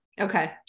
Okay